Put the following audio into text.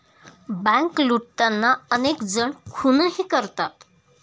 bank लुटताना अनेक जण खूनही करतात